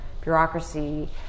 bureaucracy